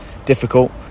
Difficult